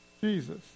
Jesus